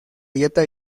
dieta